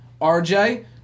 RJ